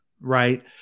right